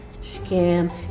scam